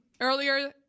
Earlier –